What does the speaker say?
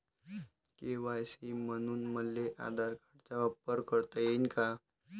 KYC म्हनून मले आधार कार्डाचा वापर करता येईन का?